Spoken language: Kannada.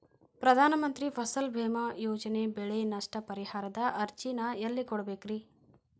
ಪ್ರಧಾನ ಮಂತ್ರಿ ಫಸಲ್ ಭೇಮಾ ಯೋಜನೆ ಬೆಳೆ ನಷ್ಟ ಪರಿಹಾರದ ಅರ್ಜಿನ ಎಲ್ಲೆ ಕೊಡ್ಬೇಕ್ರಿ?